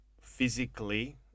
physically